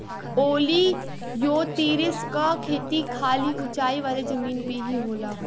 ओलियोतिरिस क खेती खाली ऊंचाई वाले जमीन में ही होला